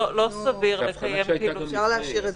לא סביר לקיים פעילות --- זאת הבחנה שהייתה גם לפני,